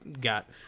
got